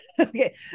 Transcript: okay